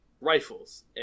rifles